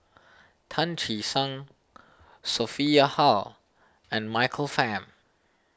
Tan Che Sang Sophia Hull and Michael Fam